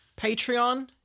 Patreon